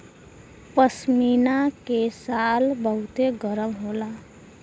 पश्मीना के शाल बहुते गरम होला